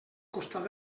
costat